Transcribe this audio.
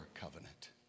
covenant